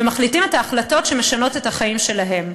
ומחליטים את ההחלטות שמשנות את החיים שלהם.